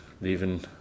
leaving